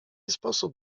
sposób